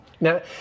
Now